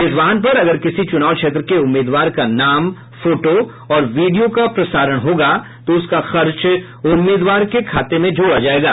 इस वाहन पर अगर किसी चुनाव क्षेत्र के उम्मीदवार का नाम फोटो और वीडियो का प्रसारण होगा तो उसका खर्च उम्मीदवार के खाते में जोड़ा जायेगा